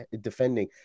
defending